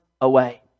away